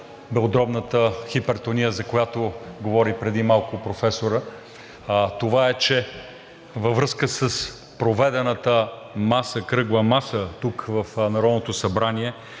белодробната хипертония, за която говори преди малко професорът. Това е, че във връзка с проведената кръгла маса тук в Народното събрание